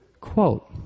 Quote